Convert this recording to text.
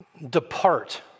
Depart